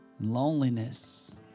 loneliness